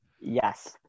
Yes